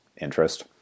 interest